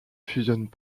fusionnent